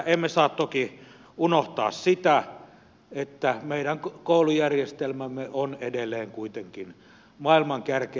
emme saa toki unohtaa sitä että meidän koulujärjestelmämme on edelleen maailman kärkeä